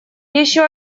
еще